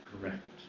correct